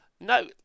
No